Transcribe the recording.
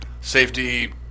safety